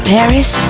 Paris